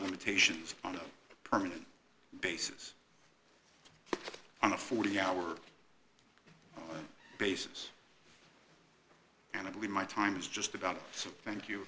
limitations on a permanent basis on a forty hour basis and i believe my time is just about so thank you